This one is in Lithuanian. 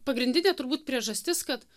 pagrindinė turbūt priežastis kad